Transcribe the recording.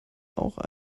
auch